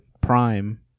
prime